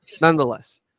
Nonetheless